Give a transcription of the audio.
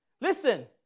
listen